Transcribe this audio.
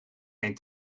geen